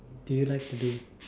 do you like to do